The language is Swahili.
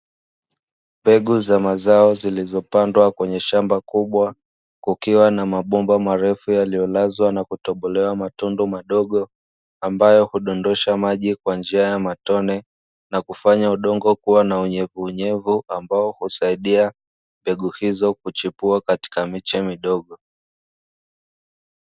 Mbegu za mazao zilizopandwa kwenye shamba kubwa, kukiwa na mabomba marefu yaliyolazwa na kutobolewa matundu madogo ambayo hudondosha maji kwa njia ya matone, na kufanya udongo kuwa na unyevuunyevu ambao husaidia mbegu hizo kuchipua katika miche midogo.